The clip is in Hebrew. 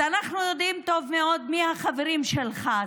אז אנחנו יודעים טוב מאוד מי החברים שלך,